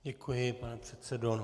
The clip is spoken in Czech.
Děkuji, pane předsedo.